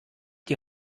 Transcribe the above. die